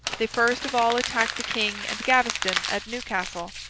they first of all attacked the king and gaveston at newcastle.